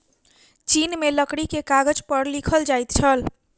चीन में लकड़ी के कागज पर लिखल जाइत छल